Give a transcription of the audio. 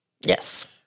Yes